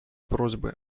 просьбы